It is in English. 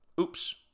Oops